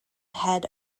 head